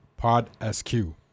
PodSQ